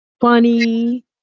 funny